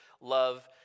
love